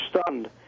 stunned